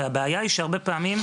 והבעיה היא שהרבה פעמים,